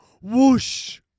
Whoosh